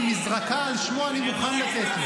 על השר קרעי אתה לא יכול לשאול למה הוא עולה,